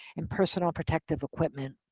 and personal protective equipment.